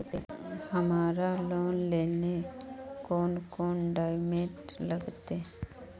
हमरा लोन लेले कौन कौन डॉक्यूमेंट लगते?